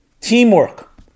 Teamwork